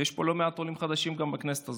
ויש פה לא מעט עולים חדשים גם בכנסת הזאת,